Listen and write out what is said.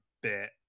bit